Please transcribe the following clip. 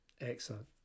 excellent